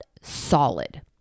solid